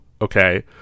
Okay